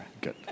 good